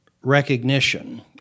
recognition